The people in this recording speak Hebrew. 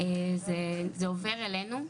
זה עובר אלינו,